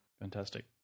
Fantastic